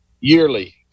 yearly